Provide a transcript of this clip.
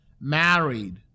married